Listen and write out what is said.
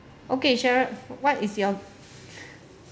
okay cheryl what is your